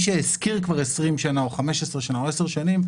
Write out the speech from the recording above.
שהשכיר כבר 20 שנים או 15 שנים או 10 שנים,